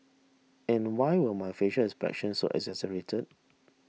and why were my facial expressions so exaggerated